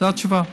זו התשובה.